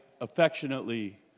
affectionately